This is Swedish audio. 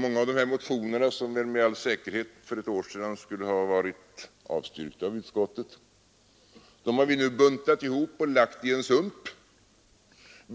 Många av de här motionerna, som för ett år sedan med all säkerhet skulle ha blivit avstyrkta av utskottet, har vi nu buntat ihop och lagt i en sump, och